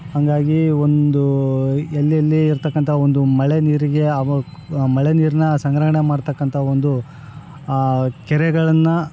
ಹಂಗಾಗಿ ಒಂದು ಎಲ್ಲೆಲ್ಲಿ ಇರ್ತಕ್ಕಂಥ ಒಂದು ಮಳೆ ನೀರಿಗೆ ಆಗ್ಬೇಕ್ ಮಳೆ ನೀರನ್ನ ಸಂಗ್ರಹಣೆ ಮಾಡ್ತಕ್ಕಂಥ ಒಂದು ಕೆರೆಗಳನ್ನು